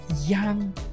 young